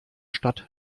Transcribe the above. stadt